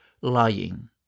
lying